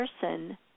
person